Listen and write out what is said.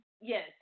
yes